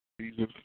Jesus